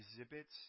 exhibits